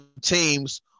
teams